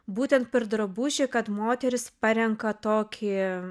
būtent per drabužį kad moteris parenka tokį